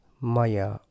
Maya